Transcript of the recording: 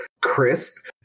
crisp